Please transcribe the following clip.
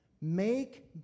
Make